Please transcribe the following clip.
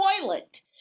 toilet